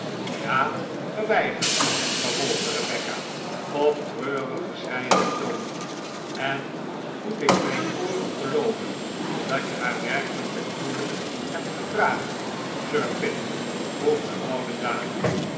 a geweigerd vervolgde rebecca op treurigen schreienden toon en moet ik mijn ooren geloo ven dat je haar werkelijk ten huwelijk hebt gevraagd sir pitt vroeg de oude dame